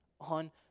on